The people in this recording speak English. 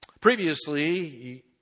Previously